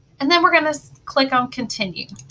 and then we're going to click on continue